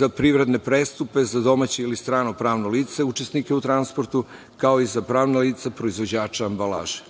za privredne prestupe za domaće ili strano pravno lice, učesnike u transportu, kao i za pravna lica proizvođača ambalaže,